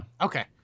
Okay